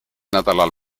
nädalal